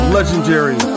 legendary